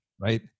right